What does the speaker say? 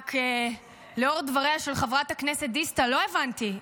רק לאור דבריה של חברת הכנסת דיסטל, לא הבנתי,